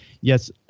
yes